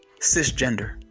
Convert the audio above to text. Cisgender